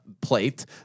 plate